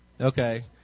Okay